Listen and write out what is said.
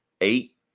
eight